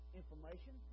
information